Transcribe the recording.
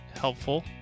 helpful